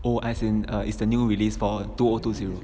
oh as in uh is the new release four two oh two zero